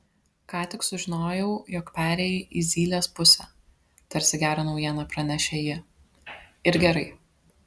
ką tik sužinojau jog perėjai į zylės pusę tarsi gerą naujieną pranešė ji ir gerai